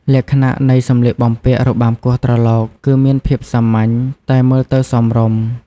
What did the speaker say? លក្ខណៈនៃសម្លៀកបំពាក់របាំគោះត្រឡោក គឺមានភាពសាមញ្ញ តែមើលទៅសមរម្យ ។